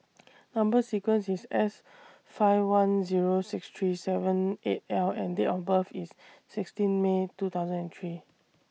Number sequence IS S five one Zero six three seven eight L and Date of birth IS sixteen May two thousand and three